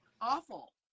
awful